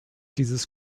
dieses